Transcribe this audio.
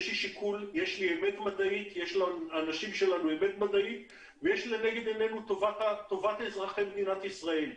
יש לאנשים שלנו אמת מדעית ויש לנגד עינינו את טובת אזרחי מדינת ישראל.